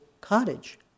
cottage